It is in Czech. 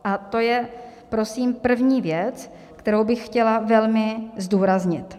A to je prosím první věc, kterou bych chtěla velmi zdůraznit.